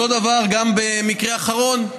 אותו דבר גם במקרה האחרון,